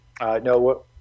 No